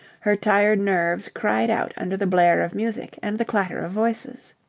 her tired nerves cried out under the blare of music and the clatter of voices.